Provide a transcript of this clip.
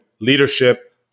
leadership